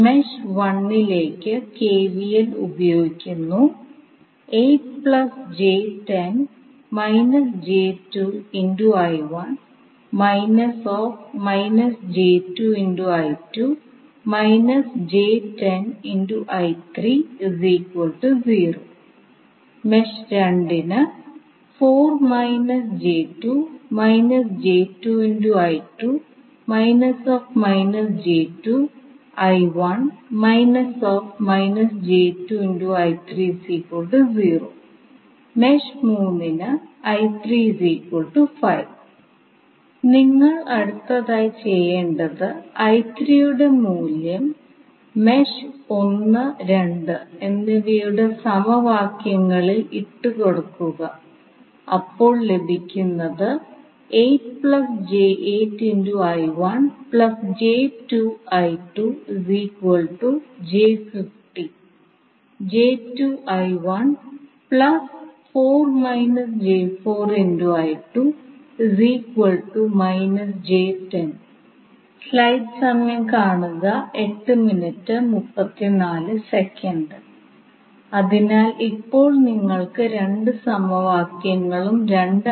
ഇപ്പോൾ നമുക്ക് സങ്കീർണ്ണ സംഖ്യകൾ എളുപ്പത്തിൽ കൈകാര്യം ചെയ്യാൻ കഴിയുന്നു കാരണം ഫേസറുകളെക്കുറിച്ചും സർക്യൂട്ട് വിശകലനത്തിന്റെ മറ്റ് അടിസ്ഥാന സിദ്ധാന്തങ്ങളെക്കുറിച്ചും ചർച്ച ചെയ്യുമ്പോൾ സങ്കീർണ്ണ സംഖ്യകളെ എങ്ങനെ കൈകാര്യം ചെയ്യണമെന്ന് നമ്മൾ ഇതിനകം ചർച്ചചെയ്തിട്ടുണ്ട്